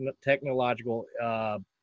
technological –